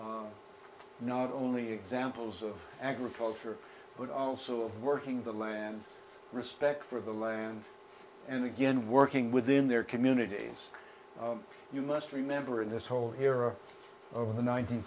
you not only examples of agriculture but also working the land respect for the land and again working within their communities you must remember in this whole era of the nineteenth